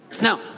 now